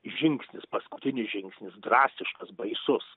žingsnis paskutinis žingsnis drastiškas baisus